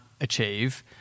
achieve